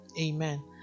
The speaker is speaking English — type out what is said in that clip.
Amen